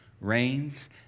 reigns